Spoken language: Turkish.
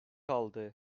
aldı